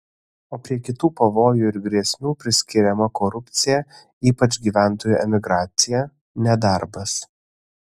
o prie kitų pavojų ir grėsmių priskiriama korupcija ypač gyventojų emigracija nedarbas